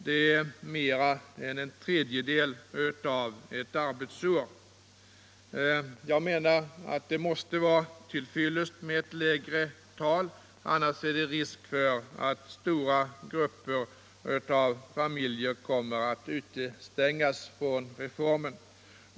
Det är mer än en tredjedel av ett arbetsår. Jag menar att det måste vara till fyllest med ett lägre tal. Annars finns det risk för att stora grupper av familjer kommer att utestängas från reformen.